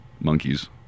monkeys